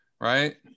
right